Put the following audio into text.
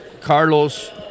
Carlos